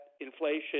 inflation